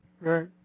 Right